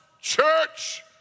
church